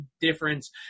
difference